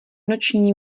noční